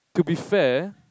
to be fair